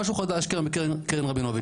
משהו חדש בקרן רבינוביץ',